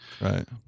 Right